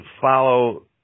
follow